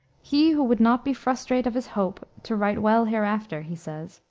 he who would not be frustrate of his hope to write well hereafter, he says,